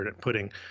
putting